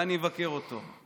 ואני אבקר אותו.